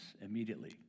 immediately